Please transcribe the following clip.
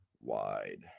Wide